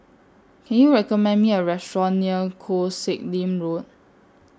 Can YOU recommend Me A Restaurant near Koh Sek Lim Road